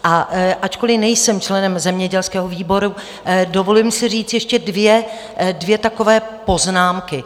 A ačkoliv nejsem členem zemědělského výboru, dovolím si říct ještě dvě takové poznámky.